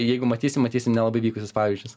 jeigu matysim matysim nelabai vykusius pavyzdžius